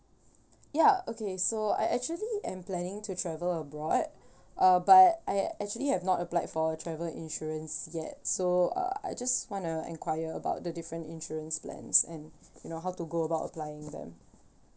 ya okay so I actually am planning to travel abroad uh but I actually have not applied for a travel insurance yet so uh I just wanna enquire about the different insurance plans and you know how to go about applying them